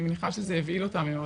אני מניחה שזה הבהיל אותה מאוד,